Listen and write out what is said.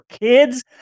kids